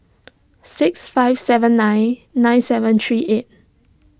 six five seven nine nine seven three eight